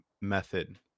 method